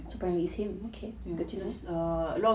which is a